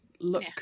look